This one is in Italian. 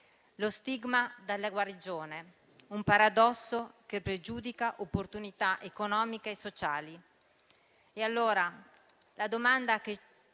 Lo stigma della guarigione: un paradosso che pregiudica opportunità economiche e sociali.